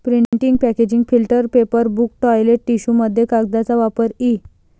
printing packaging filter paper book toilet टिश्यूमध्ये कागदाचा वापर इ